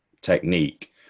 technique